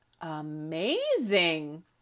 Amazing